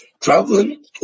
Traveling